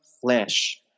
flesh